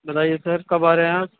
بتائیے سر کب آ رہے ہیں آپ